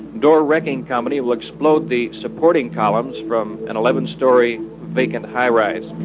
dore wrecking company will explode the supporting columns from an eleven storey vacant high-rise.